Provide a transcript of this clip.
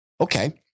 Okay